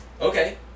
Okay